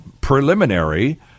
preliminary